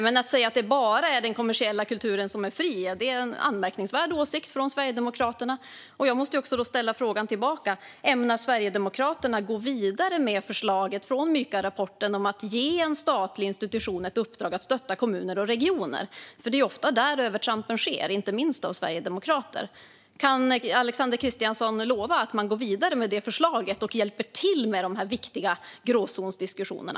Men att säga att det bara är den kommersiella kulturen som är fri är en anmärkningsvärd åsikt från Sverigedemokraterna. Jag måste ställa frågan tillbaka: Ämnar Sverigedemokraterna gå vidare med förslaget från Mykarapporten om att ge en statlig institution ett uppdrag att stötta kommuner och regioner? Det är ofta där övertrampen sker, inte minst av sverigedemokrater. Kan Alexander Christiansson lova att man går vidare med det förslaget och hjälper till med de viktiga gråzonsdiskussionerna?